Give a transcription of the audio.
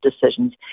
decisions